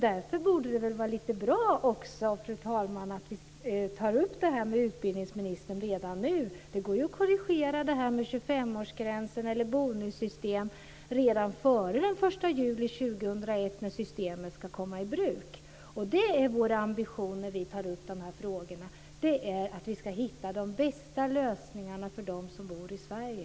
Därför borde det vara bra, fru talman, att ta upp denna fråga med utbildningsministern redan nu. Det går att korrigera 25-årsgränser eller bonussystem redan före den 1 juli 2001 när systemet ska komma i bruk. Vår ambition när vi tar upp dessa frågor är att hitta de bästa lösningarna för dem som bor i Sverige.